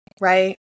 right